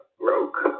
broke